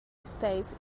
space